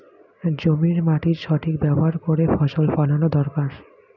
জমির মাটির সঠিক ব্যবহার করে ফসল ফলানো দরকারি